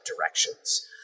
directions